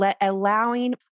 allowing